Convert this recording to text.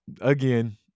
again